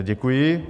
Děkuji.